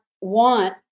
want